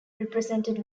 represented